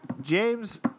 James